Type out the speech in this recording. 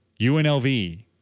UNLV